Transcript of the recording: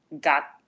got